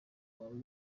wawe